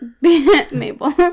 Mabel